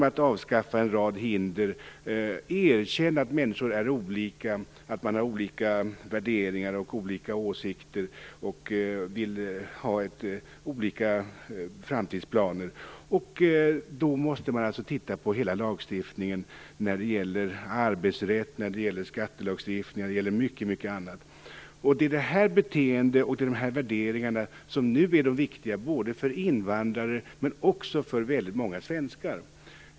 Vi måste erkänna att människor är olika, att de har olika värderingar och olika åsikter och vill ha olika framtidsplaner. Då måste man se över hela lagstiftningen när det gäller arbetsrätt, skatter och mycket annat. Det är detta beteende och dessa värderingar som nu är de viktiga - både för invandrare och för väldigt många svenskar.